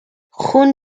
خون